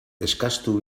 eskastu